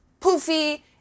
poofy